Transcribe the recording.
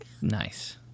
Nice